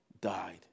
died